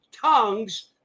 tongues